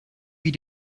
wie